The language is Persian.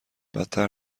بدتر